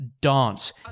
Dance